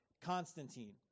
Constantine